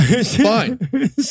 Fine